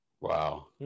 wow